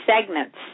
segments